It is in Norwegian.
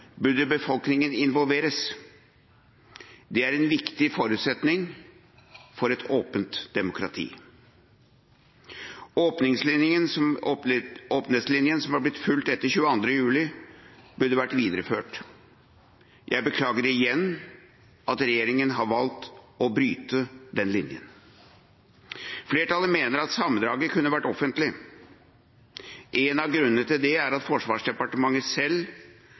burde befolkningen involveres. Det er en viktig forutsetning for et åpent demokrati. Åpenhetslinjen som ble fulgt etter 22. juli, burde vært videreført. Jeg beklager igjen at regjeringen har valgt å bryte den linjen. Flertallet mener at sammendraget kunne vært offentlig. Én av grunnene til det er at Forsvarsdepartementet selv